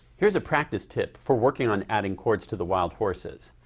here's a practice tip for working on adding chords to the wild horses.